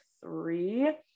three